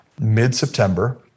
mid-September